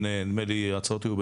ההצעות היו,